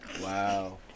Wow